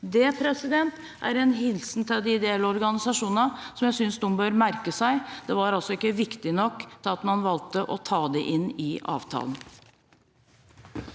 Det er en hilsen til de ideelle organisasjonene som jeg synes de bør merke seg. Det var altså ikke viktig nok til at man valgte å ta det inn i avtalen.